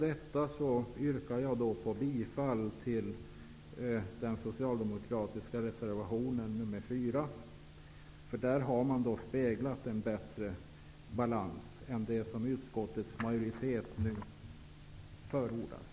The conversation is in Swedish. Jag yrkar bifall till den socialdemokratiska reservationen nr 4, som ger en bättre balans än den fördelning som utskottets majoritet förordar.